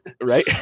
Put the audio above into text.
right